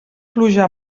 pluja